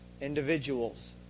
individuals